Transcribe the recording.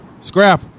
Scrap